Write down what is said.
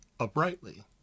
uprightly